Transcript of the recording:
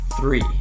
Three